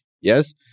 Yes